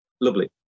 lovely